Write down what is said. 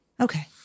Okay